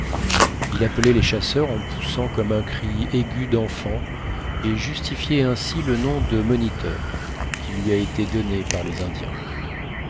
il appelait les chasseurs en poussant comme un cri aigu d'enfant et justifiait ainsi le nom de moniteur qui lui a été donné par les indiens